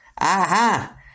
Aha